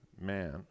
man